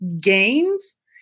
gains